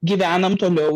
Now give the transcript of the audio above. gyvenam toliau